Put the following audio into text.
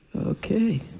Okay